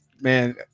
man